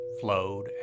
flowed